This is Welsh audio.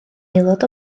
aelod